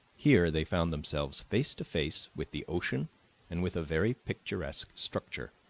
here they found themselves face to face with the ocean and with a very picturesque structure,